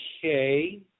Okay